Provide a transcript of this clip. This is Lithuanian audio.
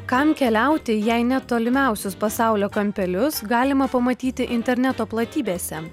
kam keliauti jei net tolimiausius pasaulio kampelius galima pamatyti interneto platybėse